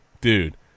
dude